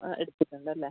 ആ എടുത്തിട്ടുണ്ടല്ലേ